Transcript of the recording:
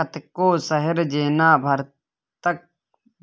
कतेको शहर जेना भारतक